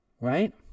right